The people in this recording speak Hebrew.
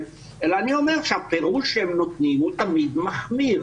אלא אני אומר שהפירוש שהם נותנים הוא תמיד מחמיר.